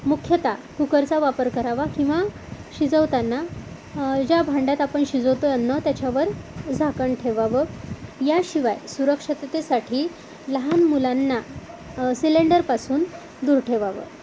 मुख्यतः कुकरचा वापर करावा किंवा शिजवताना ज्या भांड्यात आपण शिजवतो आहे अन्न त्याच्यावर झाकण ठेवावं याशिवाय सुरक्षिततेसाठी लहान मुलांना सिलेंडरपासून दूर ठेवावं